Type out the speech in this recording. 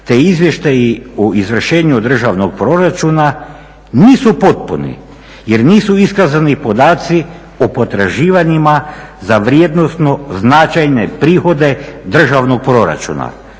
te izvještaji o izvršenju državnog proračuna nisu potpuni jer nisu iskazani podaci o potraživanjima za vrijednosno značajne prihode državnog proračuna,